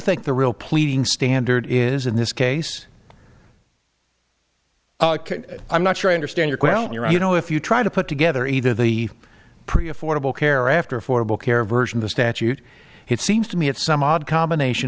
think the real pleading standard is in this case i'm not sure i understand your question you're you know if you try to put together either the pre affordable care after affordable care version the statute it seems to me at some odd combination